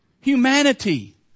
humanity